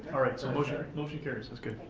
alright, so motion motion carries, that's good.